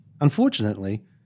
Unfortunately